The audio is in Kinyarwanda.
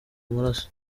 amaraso